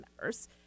members